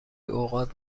اوقات